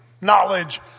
knowledge